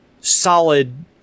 solid